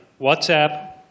WhatsApp